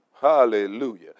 Hallelujah